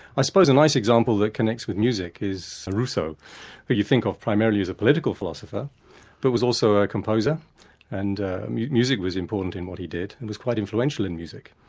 i suppose a nice example that connects with music is rousseau who you think of primarily as a political philosopher but was also a composer and music was important in what he did, he and was quite influential in music.